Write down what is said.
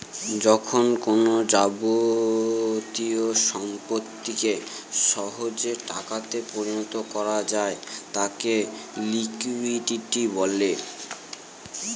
যখন কোনো যাবতীয় সম্পত্তিকে সহজে টাকাতে পরিণত করা যায় তাকে লিকুইডিটি বলে